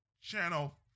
channel